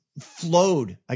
flowed